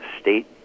state